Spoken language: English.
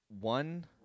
one